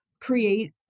create